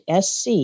SC